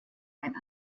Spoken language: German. ein